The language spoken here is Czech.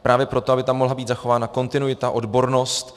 Právě proto, aby tam mohla být zachována kontinuita, odbornost.